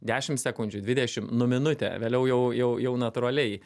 dešimt sekundžių dvidešimt nu minutę vėliau jau jau jau natūraliai